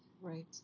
Right